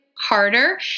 harder